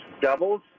doubles